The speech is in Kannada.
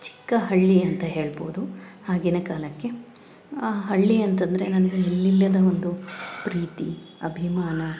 ಚಿಕ್ಕ ಹಳ್ಳಿ ಅಂತ ಹೇಳ್ಬೋದು ಆಗಿನ ಕಾಲಕ್ಕೆ ಆ ಹಳ್ಳಿ ಅಂತಂದರೆ ನನಗೆ ಎಲ್ಲಿಲ್ಲದ ಒಂದು ಪ್ರೀತಿ ಅಭಿಮಾನ